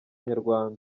inyarwanda